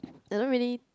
I don't really